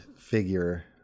figure